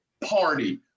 party